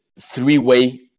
three-way